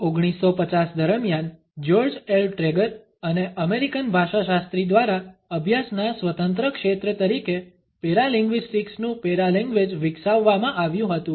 1950 દરમિયાન George L Trager અને American ભાષાશાસ્ત્રી દ્વારા અભ્યાસના સ્વતંત્ર ક્ષેત્ર તરીકે પેરાલિંગ્વીસ્ટિક્સ નુ પેરાલેંગ્વેજ વિકસાવવામાં આવ્યુ હતું